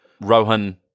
Rohan